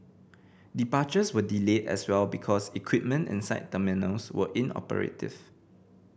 departures were delayed as well because equipment inside terminals was inoperative